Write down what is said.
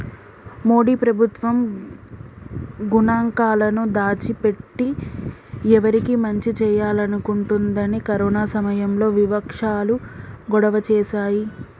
మోడీ ప్రభుత్వం గణాంకాలను దాచి పెట్టి ఎవరికి మంచి చేయాలనుకుంటుందని కరోనా సమయంలో వివక్షాలు గొడవ చేశాయి